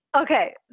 Okay